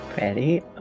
Ready